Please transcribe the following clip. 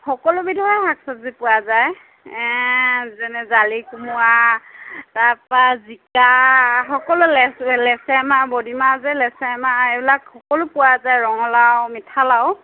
সকলোবিধৰে শাক চব্জি পোৱা যায় এ যেনে জালি কোমোৰা তাৰ পৰা জিকা সকলো লেচে লেচেৰা মাহ বডি মাহ যে লেচেৰা মাহ এইবিলাক সকলো পোৱা যায় ৰঙালাও মিঠালাও